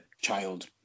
child